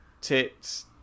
tits